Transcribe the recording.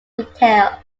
retail